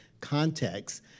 context